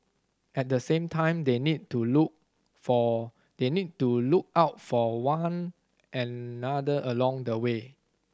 at the same time they need to look for they need to look out for one another along the way